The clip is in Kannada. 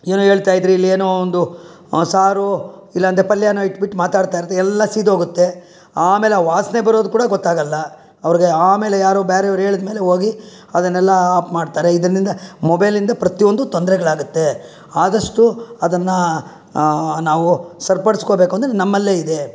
ಏನೋ ಹೇಳ್ತಾ ಇದ್ರೆ ಇಲ್ಲಿ ಏನೋ ಒಂದು ಸಾರು ಇಲ್ಲಂದರೆ ಪಲ್ಯನೋ ಇಟ್ಬಿಟ್ಟು ಮಾತಾಡ್ತಾ ಇರ್ತಾರೆ ಎಲ್ಲ ಸೀದೊಗುತ್ತೆ ಆಮೇಲೆ ಆ ವಾಸನೆ ಬರೋದು ಕೂಡ ಗೊತ್ತಾಗಲ್ಲ ಅವ್ರಿಗೆ ಆಮೇಲೆ ಯಾರೋ ಬ್ಯಾರೆವ್ರು ಹೇಳಿದ ಮೇಲೆ ಹೋಗಿ ಅದನ್ನೆಲ್ಲ ಆಪ್ ಮಾಡ್ತಾರೆ ಇದರಿಂದ ಮೊಬೈಲಿಂದ ಪ್ರತಿ ಒಂದು ತೊಂದರೆಗಳಾಗತ್ತೆ ಆದಷ್ಟು ಅದನ್ನು ನಾವು ಸರಿಪಡ್ಸ್ಕೊಬೇಕು ಅಂದರೆ ನಮ್ಮಲ್ಲೇ ಇದೆ